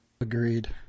Agreed